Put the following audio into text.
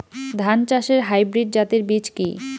ধান চাষের হাইব্রিড জাতের বীজ কি?